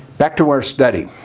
back to our study.